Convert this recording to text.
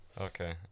Okay